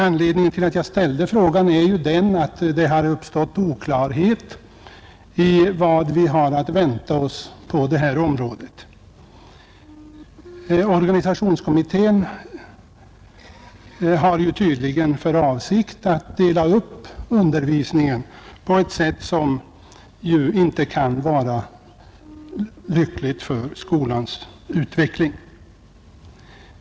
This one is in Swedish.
Anledningen till att jag ställde frågan är att det har uppstått oklarhet om vad vi har att vänta oss i detta fall. Organisationskommittén har tydligen för avsikt att dela upp undervisningen på ett sätt som inte kan vara lyckligt för skolans utveckling.